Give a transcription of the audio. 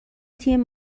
تیم